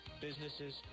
businesses